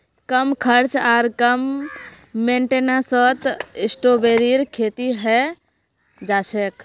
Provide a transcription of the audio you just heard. कम खर्च आर कम मेंटेनेंसत स्ट्रॉबेरीर खेती हैं जाछेक